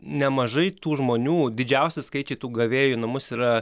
nemažai tų žmonių didžiausi skaičiai tų gavėjų į namus yra